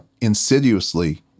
insidiously